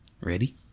ready